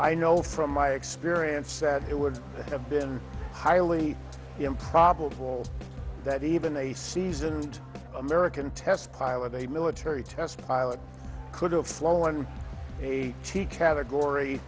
i know from my experience that it would have been highly improbable that even a seasoned american test pilot a military test pilot could have flown one eighty category